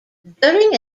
during